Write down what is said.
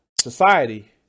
society